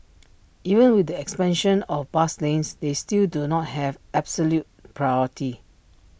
even with the expansion of bus lanes they still do not have absolute priority